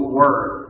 word